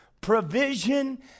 provision